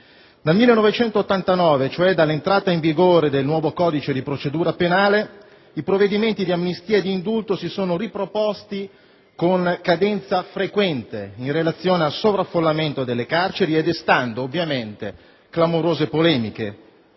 Dal 1989, cioè dall'entrata in vigore del nuovo codice di procedura penale, i provvedimenti di amnistia e di indulto si sono riproposti con cadenza frequente in relazione al sovraffollamento delle carceri, destando, ovviamente, clamorose polemiche